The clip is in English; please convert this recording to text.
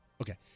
Okay